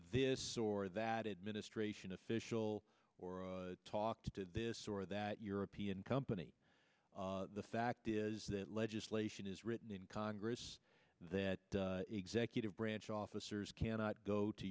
this or that administration official or talked to this or that european company the fact is that legislation is written in congress that executive branch officers cannot go to